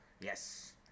Yes